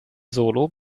solo